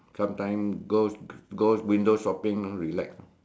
sometime go go window shopping know relax